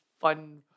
fun